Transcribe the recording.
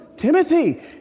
Timothy